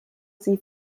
sie